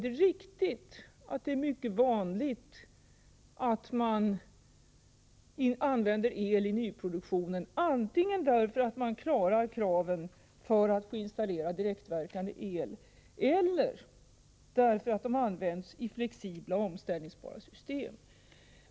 Det är mycket vanligt att man använder el i nyproduktionen, antingen därför att man klarar kraven för att få installera direktverkande el eller därför att el används i flexibla omställningsbara system.